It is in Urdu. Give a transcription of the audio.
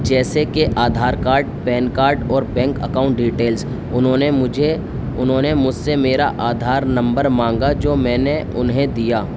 جیسے کہ آدھار کارڈ پین کارڈ اور بینک اکاؤنٹ ڈیٹیلس انہوں نے مجھے انہوں نے مجھ سے میرا آدھار نمبر مانگا جو میں نے انہیں دیا